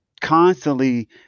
constantly